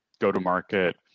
go-to-market